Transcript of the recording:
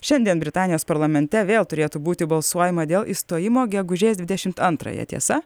šiandien britanijos parlamente vėl turėtų būti balsuojama dėl išstojimo gegužės dvidešimt antrąją tiesa